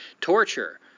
torture